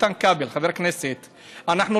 חבר הכנסת איתן כבל,